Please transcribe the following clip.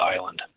Island